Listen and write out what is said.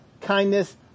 kindness